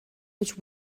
which